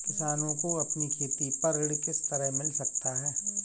किसानों को अपनी खेती पर ऋण किस तरह मिल सकता है?